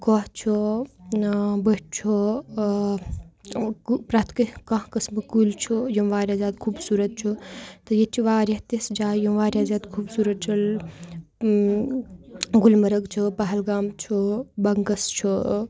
کۄہ چھُ بٔٹھۍ چھُ پرٛتھ کیٚنٛہہ کانٛہہ قٕسمہٕ کُلۍ چھُ یِم واریاہ زیادٕ خوٗبصوٗرت چھُ تہٕ ییٚتہِ چھِ واریاہ تِژھ جایہِ یِم واریاہ زیادٕ خوٗبصوٗرت چھُ گُلمرگ چھُ پہلگام چھُ بَنٛگَس چھُ